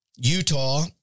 Utah